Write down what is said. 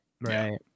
right